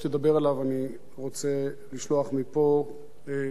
אני רוצה לשלוח מפה תנחומים,